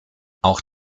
auch